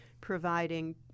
providing